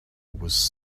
was